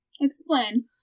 Explain